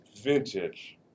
vintage